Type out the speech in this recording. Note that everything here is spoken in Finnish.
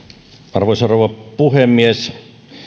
arvoisa rouva puhemies